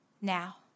now